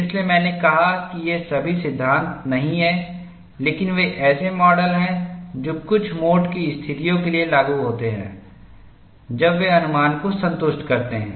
इसलिए मैंने कहा कि ये सभी सिद्धांत नहीं हैं लेकिन वे ऐसे माडल हैं जो कुछ मोड की स्थितियों के लिए लागू होते हैं जब वे अनुमान को संतुष्ट करते हैं